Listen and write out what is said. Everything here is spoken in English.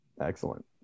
Excellent